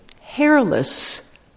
hairless